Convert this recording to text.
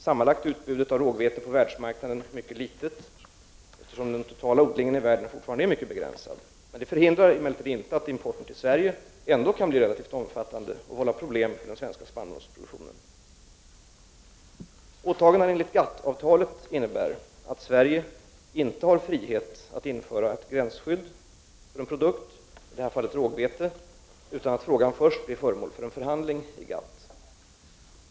Sammanlagt är utbudet av rågvete på världsmarknaden mycket litet, eftersom den totala odlingen i världen fortfarande är mycket begränsad. Det förhindrar emellertid inte att importen till Sverige ändå kan bli relativt omfattande och vålla problem för den svenska spannmålsproduktionen. Åtagandena enligt GATT-avtalet innebär att Sverige inte har frihet att införa gränsskydd för en produkt, i det här fallet rågvete, utan att frågan först blir föremål för en förhandling i GATT.